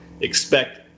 expect